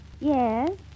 Yes